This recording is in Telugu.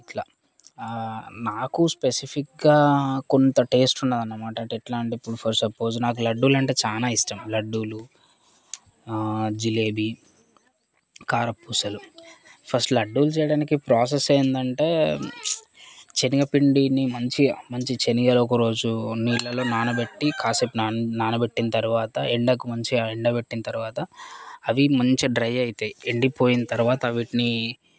ఇట్లా నాకు స్పెసిఫిక్గా కొంత టెస్ట్ ఉండాలనిమాట అంటే ఎట్లా అంటే ఇప్పుడు ఫర్ సపోస్ నాకు లడ్డూలంటే చాలా ఇష్టం లడ్డూలు జిలేబి కారపూసలు ఫస్ట్ లడ్డులు చేయడానికి ప్రాసెస్ ఏందంటే శనగపిండిని మంచిగా మంచిగా శనిగులు ఒకరోజు నీళ్లలో నానబెట్టి కాసేపు నాన నానబెట్టిన తర్వాత ఎండకు మంచిగా ఎండబెట్టిన తర్వాత అవి మంచిగా డ్రై అవుతాయి ఎండిపోయిన తర్వాత అవిటిని